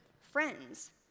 friends